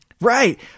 Right